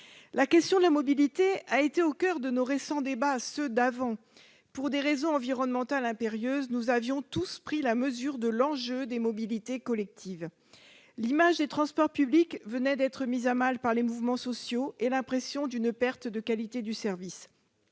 La question des mobilités a été au coeur de nos récents débats, ceux d'avant. Pour des raisons environnementales impérieuses, nous avions tous pris la mesure de l'enjeu des mobilités collectives. L'image des transports publics venait d'être mise à mal par les mouvements sociaux et l'impression d'une perte de qualité du service.